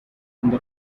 the